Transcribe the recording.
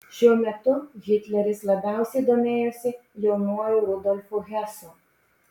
šiuo metu hitleris labiausiai domėjosi jaunuoju rudolfu hesu